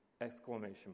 Exclamation